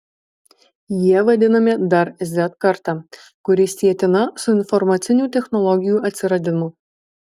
jie vadinami dar z karta kuri sietina su informacinių technologijų atsiradimu